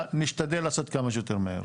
נשתדל לעשות כמה שיותר מהר.